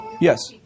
Yes